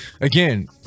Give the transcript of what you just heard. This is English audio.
Again